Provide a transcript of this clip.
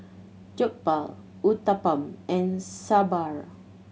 Jokbal Uthapam and Sambar